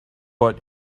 but